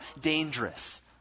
dangerous